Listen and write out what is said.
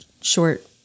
short